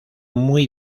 muy